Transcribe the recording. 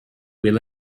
will